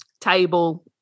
table